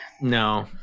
No